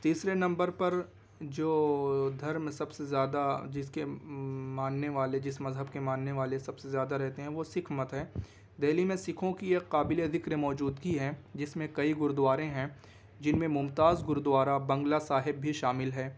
تیسرے نمبر پر جو دھرم سب سے زیادہ جس کے ماننے والے جس مذہب کے ماننے والے سب سے زیادہ رہتے ہیں وہ سکھ مت ہیں دہلی میں سکھوں کی یہ قابل ذکر موجودگی ہے جس میں کئی گرودوارے ہیں جن میں ممتاز گرودوارہ بنگلہ صاحب بھی شامل ہے